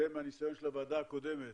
זה מהניסיון של הוועדה הקודמת,